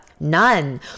none